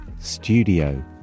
studio